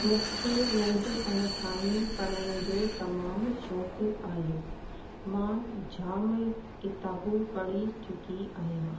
मूंखे नंढपण खा ई पढ़ण जो तमामु शौंक़ु आहे मां जाम किताबूं पढ़ी चुकी आहियां